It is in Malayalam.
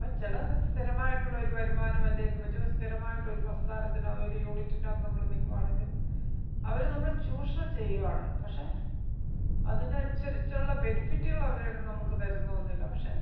എന്നാൽ ചില സ്ഥിരമായിട്ടുള്ള ഒരു വരുമാനം അല്ലേ എന്ന് വച്ച് സ്ഥിരമായിട്ട് ഒരു പ്രസ്ഥാനത്തിന് അവർ യൂണിറ്റിനകത്ത് നമ്മൾ നിൽക്കുകയാണെങ്കിൽ അവർ നമ്മളെ ചൂഷണം ചെയ്യുകയാണ് പക്ഷെ അതിന് അനുസരിച്ചുള്ള ബെനിഫിറ്റുകൾ അവർ നമക്ക് തരുന്നൊന്നുമില്ല പക്ഷെ